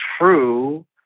true